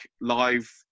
live